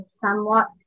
somewhat